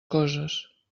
coses